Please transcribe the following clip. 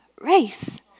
race